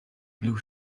blue